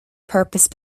purpose